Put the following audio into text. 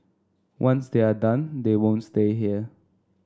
once they are done they won't stay here